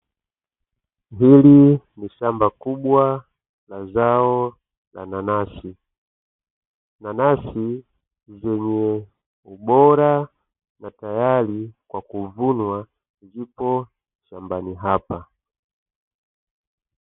Hili ni shamba kubwa la zao la nanasi. Nanasi zenye ubora na tayari kwa kuvunwa zipo shambani hapa.